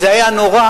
זה היה נורא.